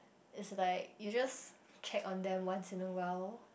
it's like you just check on them once in awhile